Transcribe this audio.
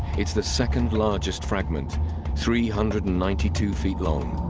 it's the second largest fragment three hundred and ninety two feet long.